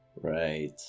Right